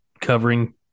covering